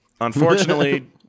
Unfortunately